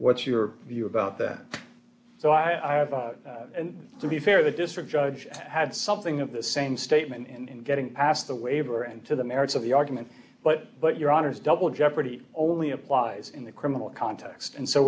what's your view about that so i have to be fair the district judge had something of the same statement and getting past the waiver and to the merits of the argument but but your honour's double jeopardy only applies in the criminal context and so